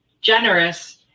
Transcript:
generous